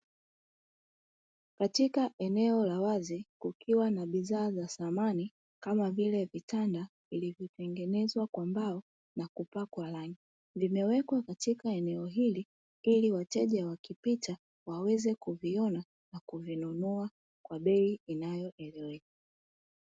Katika eneo la wazi kukiwa na bidhaa za samani kama vile vitanda vimetengenezwa kwa mbao na kupakwa rangi, vimewekwa katika eneo hili ili wateja wakipita waweza kuviona na kuvinunua kwa bei inayoeleweka.